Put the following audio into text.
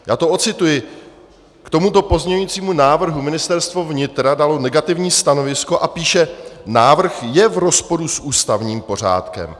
Já to odcituji: K tomuto pozměňujícímu návrhu Ministerstvo vnitra dalo negativní stanovisko a píše: návrh je v rozporu s ústavním pořádkem.